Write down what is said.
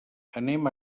anem